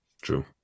true